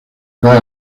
cae